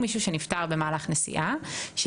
מישהו שנפטר במהלך נסיעה,